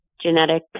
genetic